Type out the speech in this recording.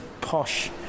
posh